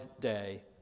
day